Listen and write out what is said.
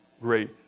great